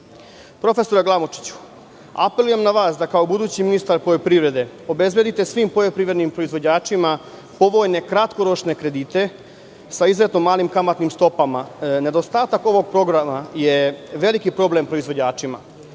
Glamočiću, apelujem na vas da kao budući ministar poljoprivrede obezbedite svim poljoprivrednim proizvođačima povoljne kratkoročne kredite, sa izuzetno malim kamatnim stopama. Nedostatak ovog programa je veliki problem proizvođačima. Što